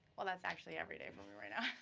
well, that's actually every day for me right now.